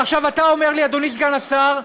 עכשיו, אתה אומר לי, אדוני סגן השר,